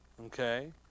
Okay